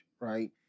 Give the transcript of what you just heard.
right